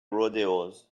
rodeos